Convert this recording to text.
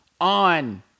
on